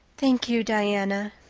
thank you, diana.